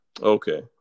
Okay